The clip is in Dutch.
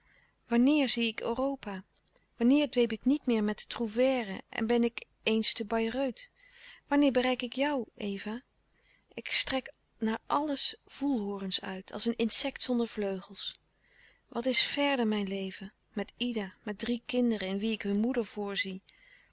wanneer zie ik europa wanneer dweep ik niet meer met den trouvère en ben ik eens te bayreuth wanneer bereik ik jou eva ik strek naar alles voelhorens uit als een insect zonder vleugels wat is verder mijn leven met ida met drie kinderen in wie ik hun moeder voorzie